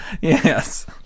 Yes